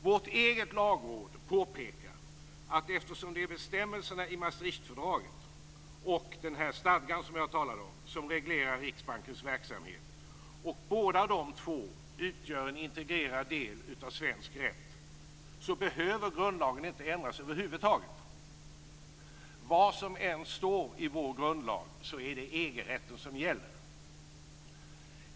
Vårt eget lagråd påpekar att eftersom det är bestämmelserna i Maastrichtfördraget och den stadga som jag talade om som reglerar Riksbankens verksamhet och båda dessa utgör en integrerad del av svensk rätt, behöver grundlagen inte ändras över huvud taget. Vad som än står i vår grundlag så är det EG-rätten som gäller.